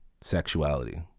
sexuality